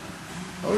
העיקר,